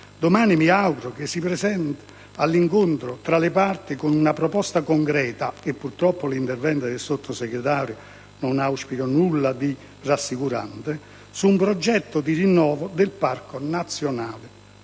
domani mi auguro che si presenti all'incontro tra le parti con una proposta concreta - purtroppo l'intervento del Sottosegretario non fa presagire nulla di rassicurante - su un progetto di rinnovo del parco nazionale